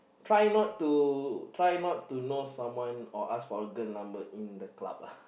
try not to try not to know someone or ask for a girl number in the club lah